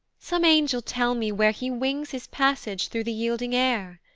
some angel tell me where he wings his passage thro' the yielding air?